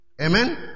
Amen